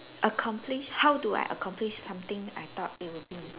accomplish how do I accomplish something I thought it would be